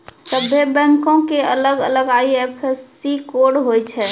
सभ्भे बैंको के अलग अलग आई.एफ.एस.सी कोड होय छै